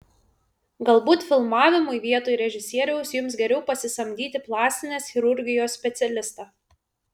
galbūt filmavimui vietoj režisieriaus jums geriau pasisamdyti plastinės chirurgijos specialistą